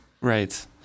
Right